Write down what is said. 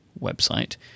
website